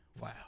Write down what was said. wow